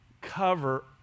cover